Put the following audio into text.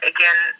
Again